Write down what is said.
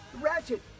Ratchet